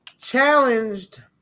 challenged